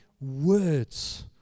words